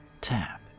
tap